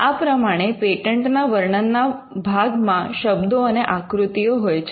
આ પ્રમાણે પેટન્ટના વર્ણન ના ભાગમાં શબ્દો અને આકૃતિઓ હોય છે